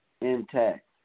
intact